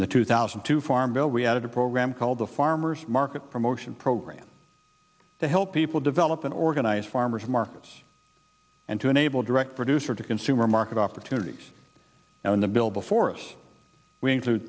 in the two thousand to farm bill we had a program called the farmer's market promotion program to help people develop and organize farmers markets and to enable direct producer to consumer market opportunities and the bill before us w